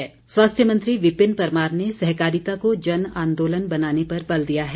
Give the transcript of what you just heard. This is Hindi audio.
विपिन परमार स्वास्थ्य मंत्री विपिन परमार ने सहकारिता को जन आंदोलन बनाने पर बल दिया है